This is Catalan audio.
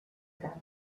cap